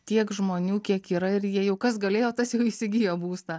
tiek žmonių kiek yra ir jie jau kas galėjo tas jau įsigijo būstą